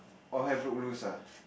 all hell broke loose ah